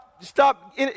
stop